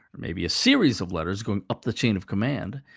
or maybe a series of letters going up the chain of command,